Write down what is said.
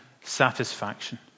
satisfaction